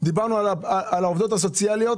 דיברנו על העובדות הסוציאליות